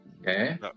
Okay